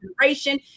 generation